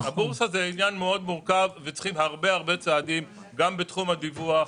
הבורסה זה עניין מאוד מרוכב וצריכים הרבה צעדים גם בתחום הדיווח,